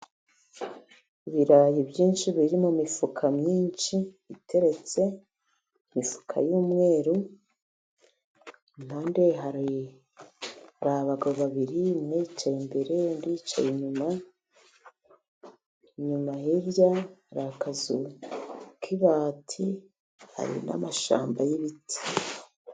Ibirayi byinshi biri mu mifuka myinshi iteretse. Imifuka y'umweru impande hari abagabo babiri. Umwe yicaye imbere undi yicaye inyuma. Inyuma hirya hari akazu k'ibati, hari n'amashyamba y'ibiti.